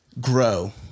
grow